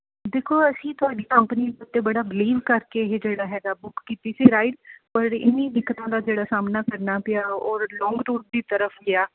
ਦੇਖੋ ਅਸੀਂ ਤੁਹਾਡੀ ਕੰਪਨੀ ਉੱਤੇ ਬੜਾ ਬਿਲੀਵ ਕਰਕੇ ਇਹ ਜਿਹੜਾ ਹੈਗਾ ਬੁੱਕ ਕੀਤੀ ਸੀ ਰਾਈਡ ਪਰ ਇੰਨੀ ਦਿੱਕਤਾਂ ਦਾ ਜਿਹੜਾ ਸਾਹਮਣਾ ਕਰਨਾ ਪਿਆ ਔਰ ਲੌਂਗ ਰੂਟ ਦੀ ਤਰਫ਼ ਗਿਆ